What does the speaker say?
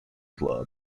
club